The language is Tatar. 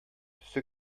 төсе